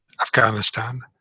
Afghanistan